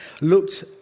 looked